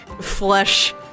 flesh